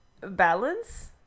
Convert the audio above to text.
balance